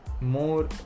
more